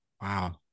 Wow